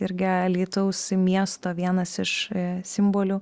ir irgi alytaus miesto vienas iš simbolių